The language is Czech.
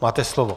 Máte slovo.